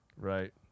right